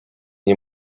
nie